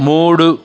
మూడు